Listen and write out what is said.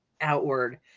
outward